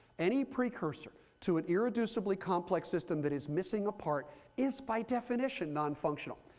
any precursor to an irreducibly complex system that is missing a part is by definition nonfunctional.